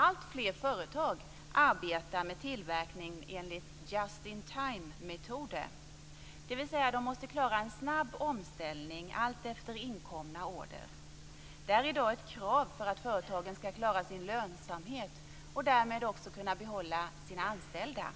Alltfler företag arbetar med tillverkning enligt just-in-time-metoder, dvs. att de måste klara en snabb omställning allt efter inkomna order. Det är i dag ett krav för att företagen skall klara sin lönsamhet och därmed också kunna behålla sina anställda.